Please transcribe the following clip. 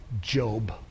Job